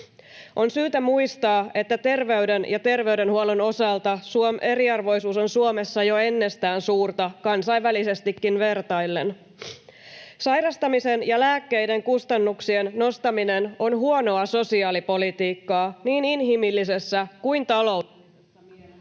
On syytä muistaa, että terveyden ja terveydenhuollon osalta eriarvoisuus on Suomessa jo ennestään suurta kansainvälisestikin vertaillen. Sairastamisen ja lääkkeiden kustannuksien nostaminen on huonoa sosiaalipolitiikkaa niin inhimillisessä kuin taloudellisessa mielessä.